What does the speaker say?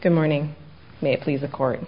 good morning may please the court